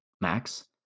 Max